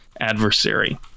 adversary